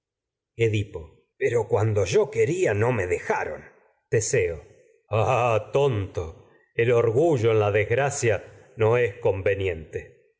edipo cuando yo quería no me dejaron teseo ah tonto el orgullo en la desgracia no es conveniente